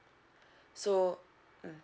so mm